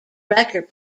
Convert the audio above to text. record